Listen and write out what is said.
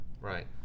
Right